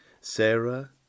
Sarah